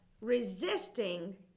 resisting